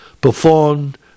performed